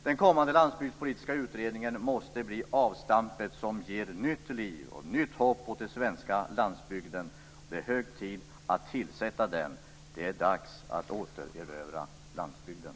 Den kommande landsbygdspolitiska utredningen måste bli avstampet som ger nytt liv och nytt hopp åt den svenska landsbygden. Det är hög tid att tillsätta den. Det är dags att återerövra landsbygden!